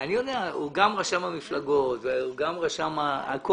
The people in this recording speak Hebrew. הוא גם רשם המפלגות והוא גם רשם העמותות.